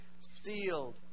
sealed